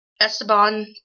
Esteban